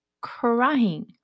crying